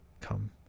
Come